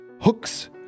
hooks